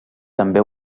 també